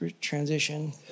transition